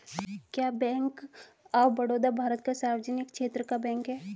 क्या Bank of Baroda Bharat का सार्वजनिक क्षेत्र का बैंक है?